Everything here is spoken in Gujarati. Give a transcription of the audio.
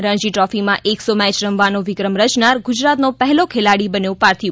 રણજીટ્રોફી માં એક સો મેય રમવાનો વિક્રમ રચનાર ગુજરાત નો પહેલો ખેલાડી બન્યો પાર્થિવ